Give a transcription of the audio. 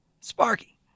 Sparky